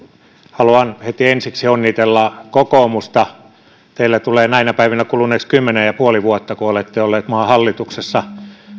haluan heti ensiksi onnitella kokoomusta teillä tulee näinä päivinä kuluneeksi kymmenen pilkku viisi vuotta kun olette olleet maan hallituksessa